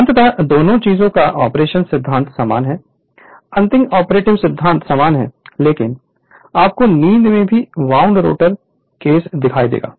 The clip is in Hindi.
अंततः दोनों चीजों का ऑपरेटिंग सिद्धांत समान है अंतिम ऑपरेटिंग सिद्धांत समान है लेकिन आपको नींद मैं भी वाउंड रोटर केस दिखाई देगा